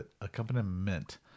Accompaniment